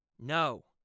No